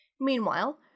Meanwhile